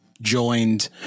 joined